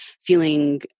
feeling